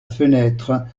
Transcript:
fenêtre